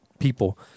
People